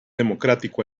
democrático